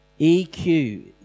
EQ